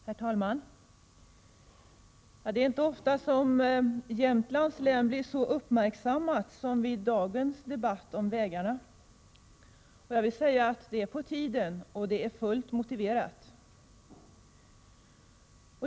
Herr talman! Det är inte ofta som Jämtlands län blir så uppmärksammat som i dagens debatt om vägarna. Det är på tiden, och det är fullt motiverat.